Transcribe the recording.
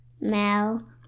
Mel